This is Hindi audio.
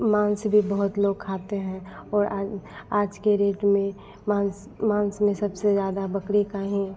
मांस भी बहुत लोग खाते हैं और आ आज के रेट में मांस मांस में सबसे ज़्यादा बकरी का ही बकरे का ही